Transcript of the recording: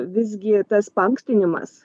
visgi tas paankstinimas